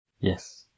Yes